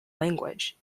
language